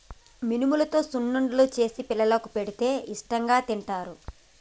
మినుములతో సున్నుండలు చేసి పిల్లలకు పెడితే ఇష్టాంగా తింటారు